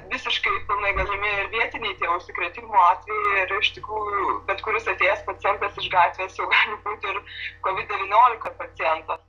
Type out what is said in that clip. visiškai pilnai galimi ir vietiniai tie užsikrėtimų atvejai ir iš tikrųjų bet kuris atėjęs pacientas iš gatvės jau gali būt ir covid devyniolika pacientas